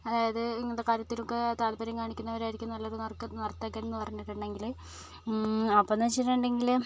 അതായത് ഇങ്ങനത്തെ കാര്യത്തിലൊക്കെ താത്പര്യം കാണിക്കുന്നവരായിരിക്കും നല്ലൊരു നർത്ത നർത്തകനെന്ന് പറഞ്ഞിട്ടുണ്ടെങ്കിൽ അപ്പോഴെന്ന് വെച്ചിട്ടുണ്ടെങ്കിൽ